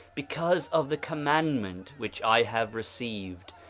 because of the commandment which i have received,